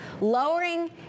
lowering